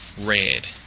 red